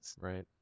Right